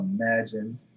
imagine